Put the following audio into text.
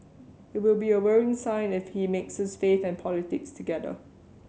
it will be a worrying sign if he mixes faith and politics together